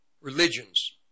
religions